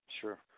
Sure